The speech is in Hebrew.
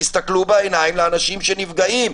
תסתכלו בעיניים לאנשים שנפגעים.